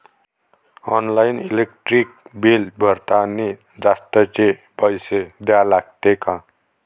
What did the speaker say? Online electric bill भरतानी जास्तचे पैसे द्या लागते का?